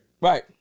Right